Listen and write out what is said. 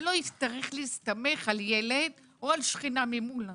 ולא יצטרך להסתמך על ילד או על שכנה ממול.